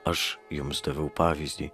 aš jums daviau pavyzdį